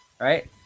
right